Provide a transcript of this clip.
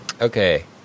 Okay